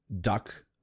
duck